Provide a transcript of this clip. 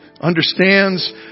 understands